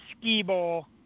skee-ball